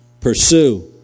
Pursue